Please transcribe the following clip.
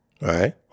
right